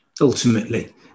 ultimately